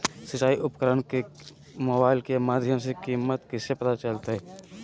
सिंचाई उपकरण के मोबाइल के माध्यम से कीमत कैसे पता चलतय?